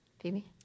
Phoebe